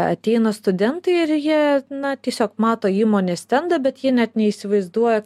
ateina studentai ir jie na tiesiog mato įmonės stendą bet jie net neįsivaizduoja